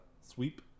sweep